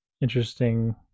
interesting